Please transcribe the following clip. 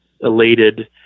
elated